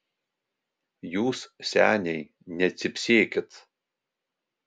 jūs seniai necypsėkit